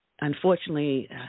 unfortunately